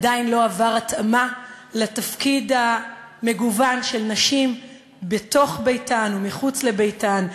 לא עבר התאמה לתפקיד המגוון של נשים בתוך ביתן ומחוץ לביתן,